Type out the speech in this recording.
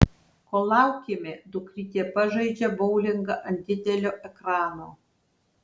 kol laukiame dukrytė pažaidžia boulingą ant didelio ekrano